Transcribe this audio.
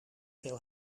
veel